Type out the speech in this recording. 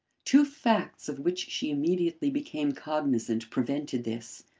two facts of which she immediately became cognisant, prevented this.